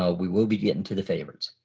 ah we will be getting to the favorites.